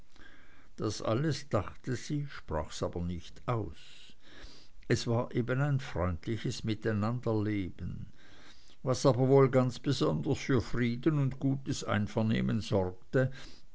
das alles dachte sie sprach's aber nicht aus es war eben ein freundliches miteinanderleben was aber wohl ganz besonders für frieden und gutes einvernehmen sorgte